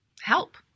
help